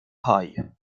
pie